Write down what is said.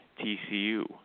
TCU